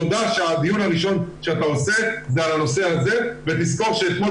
תודה שהדיון הראשון שאתה עושה זה על הנושא הזה ותזכור שאתמול